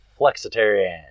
flexitarian